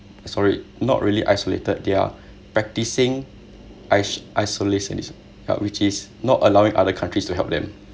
sorry not really isolated they're practising is~ isolationism uh which is not allowing other countries to help them